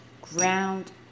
ground